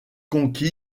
conquis